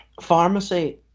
pharmacy